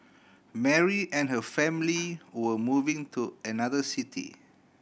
Mary and her family were moving to another city